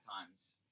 times